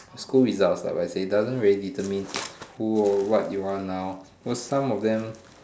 school is out it doesn't really determine what you are now cause some of them